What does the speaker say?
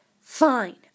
Fine